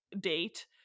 date